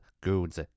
goons